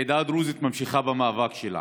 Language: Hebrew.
העדה הדרוזית ממשיכה במאבק שלה.